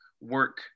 work